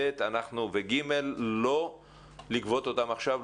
ב' ו-ג' לא לגבות אותם עכשיו,